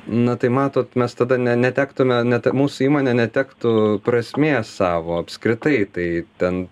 na tai matot mes tada ne netektume net mūsų įmonė netektų prasmės savo apskritai tai ten